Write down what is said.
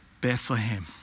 Bethlehem